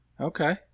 okay